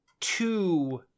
two